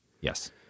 Yes